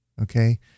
Okay